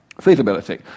feasibility